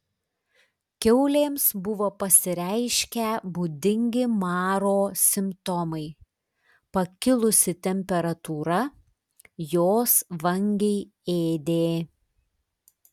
kiaulėms buvo pasireiškę būdingi maro simptomai pakilusi temperatūra jos vangiai ėdė